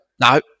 No